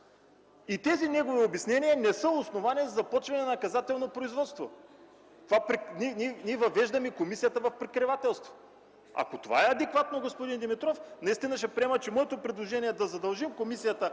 И тези негови обяснения не са основание за започване на наказателно производство! Ние въвеждаме комисията в прикривателство. Ако това е адекватно, господин Димитров, наистина ще приема, че моето предложение да задължим комисията